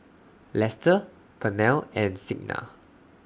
Lester Pernell and Signa